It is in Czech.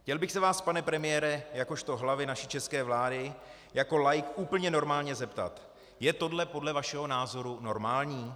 Chtěl bych se vás, pane premiére, jakožto hlavy naší české vlády jako laik úplně normálně zeptat: Je tohle podle vašeho názoru normální?